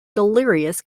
delirious